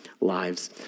lives